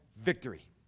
victory